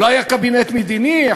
לא היה קבינט מדיני?